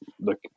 look